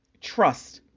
trust